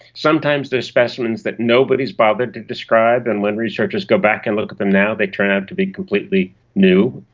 sometimes they are specimens that nobody has bothered to describe, and when researchers go back and look at them now they turn out to be completely new.